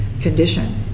condition